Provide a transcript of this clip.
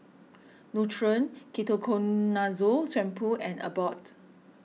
Nutren Ketoconazole Shampoo and Abbott